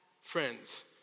Friends